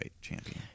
champion